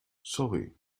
sorry